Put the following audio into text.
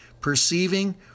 perceiving